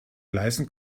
leisten